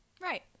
Right